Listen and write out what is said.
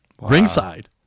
ringside